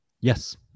Yes